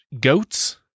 goats